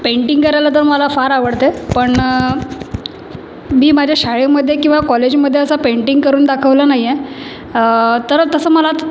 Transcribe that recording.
painting करायला तर मला फार आवडते पण मी माझ्या शाळेमध्ये किंवा कॉलेजमध्ये असा पेंटिंग करून दाखवलं नाही आहे तर तसं मला